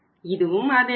இதுவும் அதே அளவு